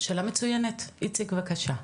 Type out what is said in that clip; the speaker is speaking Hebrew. שאלה מצויינת, משה, בבקשה.